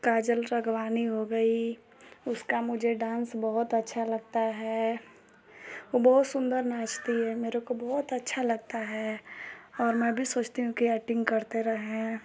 काजल रगवानी हो गयी उसका मुझे डांस बहुत अच्छा लगता है वो बहुत सुन्दर नाचती है मेरे को बहुत अच्छा लगता है और मैं भी सोचती हूँ कि एक्टिंग करते रहें